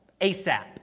ASAP